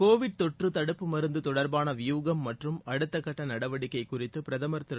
Covid தொற்று தடுப்பு மருந்து தொடர்பான வியூகம் மற்றும் அடுத்த கட்ட நடவடிக்கை குறித்து பிரதமர் திரு